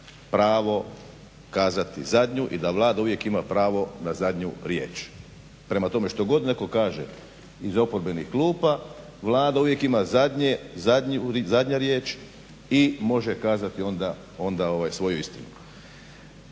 pravo kazati zadnju i da Vlada uvijek ima pravo na zadnju riječ. Prema tome, što god netko kaže iz oporbenih klupa Vlada uvijek ima zadnja riječ i može kazati onda svoju istinu.